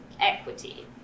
equity